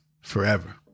forever